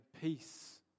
peace